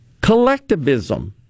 Collectivism